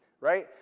right